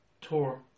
tour